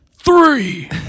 Three